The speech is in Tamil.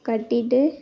கட்டிவிட்டு